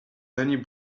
bunny